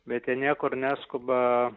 bet jie niekur neskuba